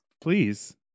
Please